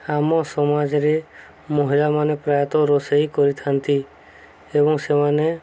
ଆମ ସମାଜରେ ମହିଳାମାନେ ପ୍ରାୟତଃ ରୋଷେଇ କରିଥାନ୍ତି ଏବଂ ସେମାନେ